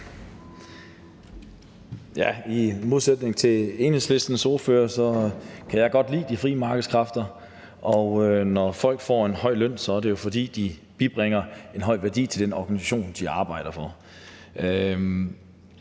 I modsætning til Enhedslistens ordfører kan jeg godt lide de frie markedskræfter, og når folk får en høj løn, er det jo, fordi de bibringer en høj værdi til den organisation, de arbejder for.